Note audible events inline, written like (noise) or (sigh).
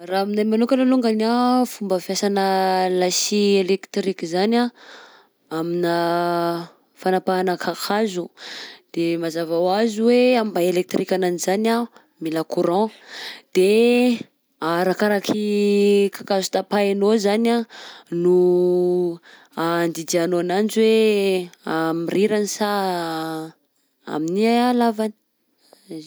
Raha aminahy manokana alongany anh fomba fiasanà lasia elektrika zany anh aminà fanapahana kakazo de mazava ho azy hoe am'maha-elektrika ananjy zany anh mila courant, de arakaraky kakazo tapahinao zany anh no andidianao ananjy hoe (hesitation) am'rirany sa amin'ny halavany.